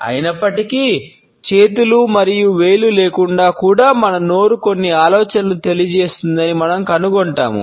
అయినప్పటికీ చేతులు మరియు వేళ్లు లేకుండా కూడా మన నోరు కొన్ని ఆలోచనలను తెలియజేస్తుందని మనం కనుగొంటాము